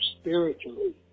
spiritually